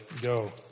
go